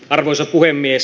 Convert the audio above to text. arvoisa puhemies